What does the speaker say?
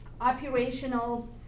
operational